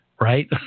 right